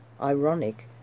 ironic